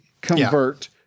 convert